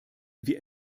wir